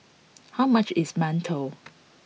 how much is Mantou